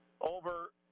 over